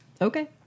Okay